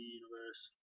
universe